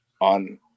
on